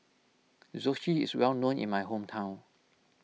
Zosui is well known in my hometown